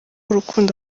urukundo